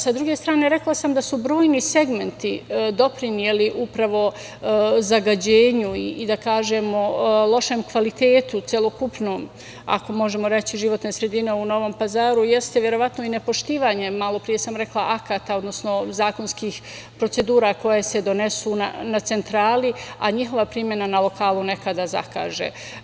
Sa druge strane, rekla sam da su brojni segmenti doprineli upravo zagađenju i lošem kvalitetu celokupnom, ako možemo reći, životne sredine u Novom Pazaru, jeste verovatno i nepoštivanje, malopre sam rekla, akata, odnosno zakonskih procedura koje se donesu na centrali, a njihova primena na lokalnu nekada zakaže.